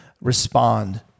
respond